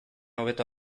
hobeto